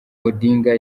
odinga